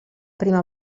prima